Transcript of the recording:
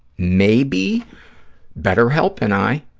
maybe better help and i